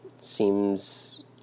Seems